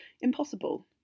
impossible